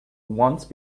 once